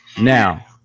now